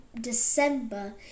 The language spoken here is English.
december